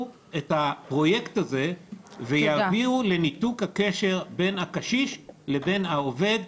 את הפרויקט הזה ויביאו לניתוק הקשר בין הקשיש לבין העובד,